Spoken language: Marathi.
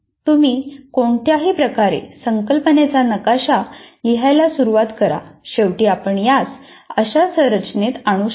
तुम्ही कोणत्याही प्रकारे संकल्पनेचा नकाशा लिहायला सुरुवात करा शेवटी आपण यास अशा संरचनेत आणू शकता